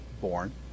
born